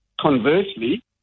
Conversely